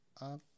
Up